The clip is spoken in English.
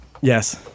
Yes